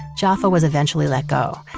jaffa was eventually let go,